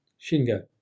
Shingo